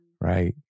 right